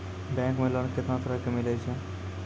Bank मे loan कैतना तरह के मिलै छै?